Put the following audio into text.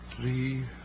Three